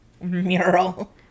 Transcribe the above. mural